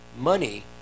money